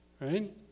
right